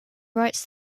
writes